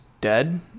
dead